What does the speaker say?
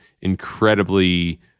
incredibly